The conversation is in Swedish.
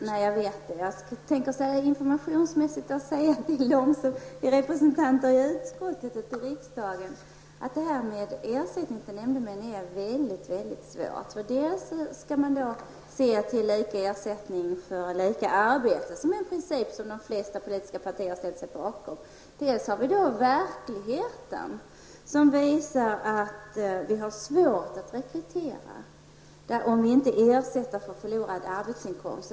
Herr talman! Jag vet det. Informationsmässigt vill jag säga till dem som är representanter i utskottet och till riksdagen att frågan om ersättning till nämndemän är svår. Dels finns en princip om lika ersättning för lika arbete som de flesta politiska partier har ställt sig bakom, dels finns verkligheten som visar att det är svårt att rekrytera om det inte ges en ersättning för förlorad arbetsinkomst.